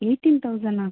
eighteen தௌசண்ட்னா